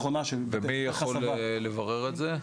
מי יכול לברר את זה?